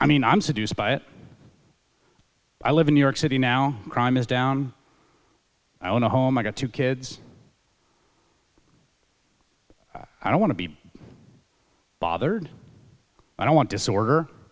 i mean i'm seduced by it i live in new york city now crime is down i own a home i got two kids i don't want to be bothered i don't want disorder